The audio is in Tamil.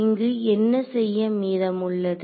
இங்கு என்ன செய்ய மீதம் உள்ளது